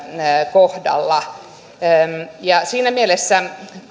kohdalla siinä mielessä